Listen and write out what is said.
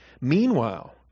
Meanwhile